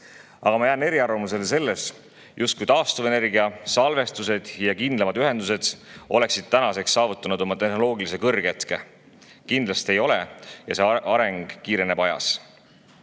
Aga ma jään eriarvamusele selles, justkui taastuvenergia, salvestus ja kindlamad ühendused oleksid tänaseks saavutanud oma tehnoloogilise kõrghetke. Kindlasti ei ole ja nende areng kiireneb ajas.